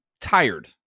tired